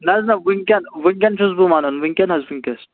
نہ حظ نہ وٕنۍکٮ۪ن وٕنۍکٮ۪ن چھُس بہٕ وَنان وٕنۍکٮ۪ن حظ وٕنۍکٮ۪س